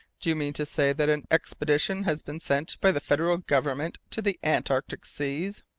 do you mean to say that an expedition has been sent by the federal government to the antarctic seas?